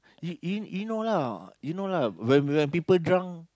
y~ y~ you know lah you know lah when when people drunk